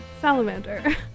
salamander